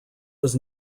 was